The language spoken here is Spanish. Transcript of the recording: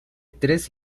tres